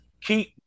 keep